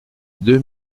deux